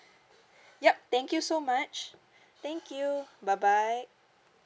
yup thank you so much thank you bye bye